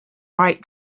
right